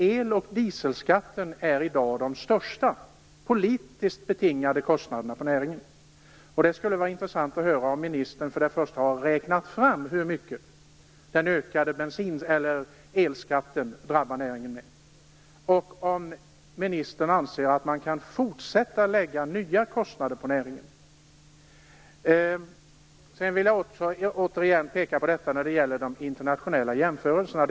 El och dieselskatten är i dag de största politiskt betingade kostnaderna för näringen, och det skulle vara intressant att höra om ministern för det första har räknat fram hur mycket den ökade elskatten drabbar näringen, och för det andra om ministern anser att man kan fortsätta lägga nya kostnader på näringen. Jag vill också återigen peka på de internationella jämförelserna.